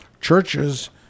churches